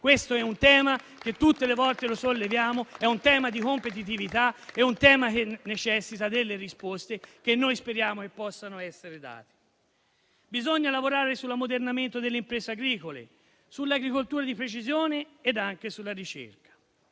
Questo è un tema che solleviamo tutte le volte, è un tema di competitività che necessita delle risposte che noi speriamo possano essere date. Bisogna lavorare sull'ammodernamento delle imprese agricole, sull'agricoltura di precisione e anche sulla ricerca.